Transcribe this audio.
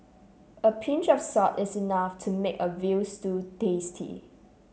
a pinch of salt is enough to make a veal stew tasty